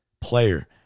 player